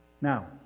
Now